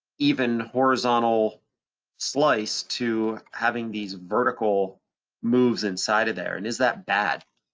even horizontal slice to having these vertical moves inside of there? and is that bad?